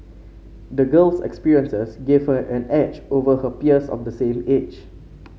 the girl's experiences gave her an edge over her peers of the same age